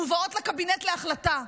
מובאות לקבינט להחלטה.